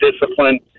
discipline